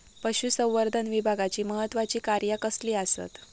पशुसंवर्धन विभागाची महत्त्वाची कार्या कसली आसत?